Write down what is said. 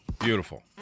Beautiful